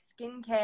skincare